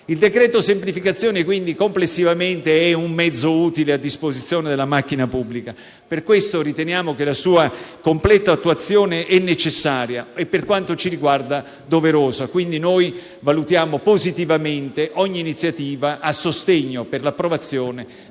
Il decreto semplificazioni, quindi, complessivamente è un mezzo utile a disposizione della macchina pubblica. Per questo riteniamo che la sua completa attuazione sia necessaria e, per quanto ci riguarda, doverosa. Valutiamo pertanto positivamente ogni iniziativa a sostegno dell'approvazione